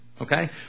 okay